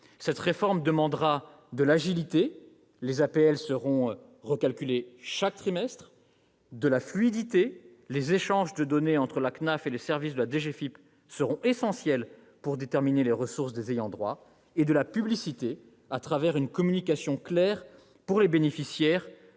Cette réforme demandera de l'agilité, car les APL seront recalculées chaque trimestre, et de la fluidité puisque les échanges de données entre la CNAF et les services de la DGFiP seront essentiels pour déterminer les ressources des ayants droit. Elle demandera aussi de la publicité à travers une communication claire pour les bénéficiaires